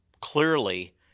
clearly